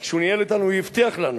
כשהוא ניהל אתנו הוא הבטיח לנו,